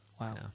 Wow